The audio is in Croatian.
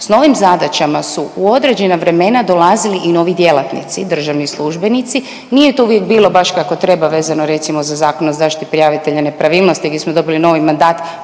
S novim zadaćama su u određena vremena dolazili i novi djelatnici i državni službenici, nije to uvijek bilo baš kako treba vezano recimo za Zakon o zaštiti prijavitelja nepravilnosti gdje smo dobili novi mandat